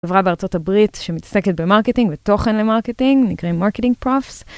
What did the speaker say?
חברה בארצות הברית שמתעסקת במרקטינג ותוכן למרקטינג, נקראים מרקטינג פרופס.